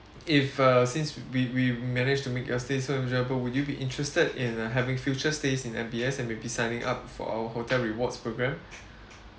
if uh since we we managed to make your stay so enjoyable would you be interested in uh having future stays in M_B_S and maybe signing up for our hotel rewards program